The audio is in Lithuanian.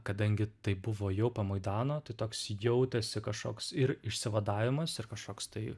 kadangi tai buvo jau po maidano tai toks jautėsi kažkoks ir išsivadavimas ir kažkoks tai